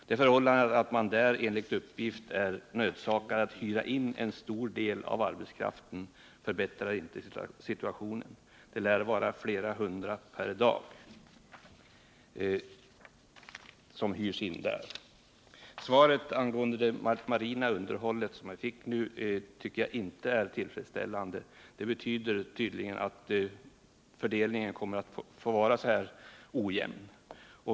Det förhållandet att man där enligt uppgift är nödsakad att hyra in en stor del av arbetskraften förbättrar inte situationen. Det lär vara flera hundra per dag som hyrs in. Det svar jag nu erhållit angående det marina underhållet tycker jag inte är tillfredsställande. Det innebär att fördelningen kommer att få vara så här ojämn.